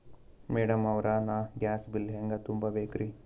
Madam ಅವ್ರ, ನಾ gas bill ಹೆಂಗ ತುಂಬಾ ಬೇಕ್ರಿ?